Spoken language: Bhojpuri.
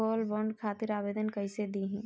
गोल्डबॉन्ड खातिर आवेदन कैसे दिही?